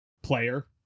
player